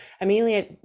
Amelia